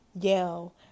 yell